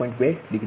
2 degree હતું